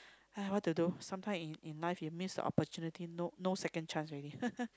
!aiya! what to do sometime in in life you miss the opportunity no no second chance already